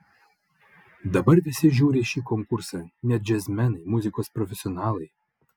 dabar visi žiūri šį konkursą net džiazmenai muzikos profesionalai